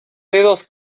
dedos